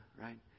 right